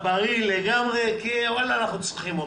בריא לגמרי, כי וואלה, אנחנו צריכים אותו,